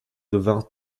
devinrent